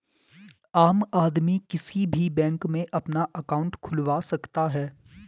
आम आदमी किसी भी बैंक में अपना अंकाउट खुलवा सकता है